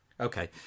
Okay